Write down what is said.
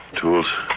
Tools